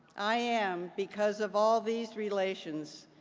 i am, because of all these relations,